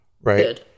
Right